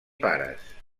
pares